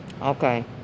Okay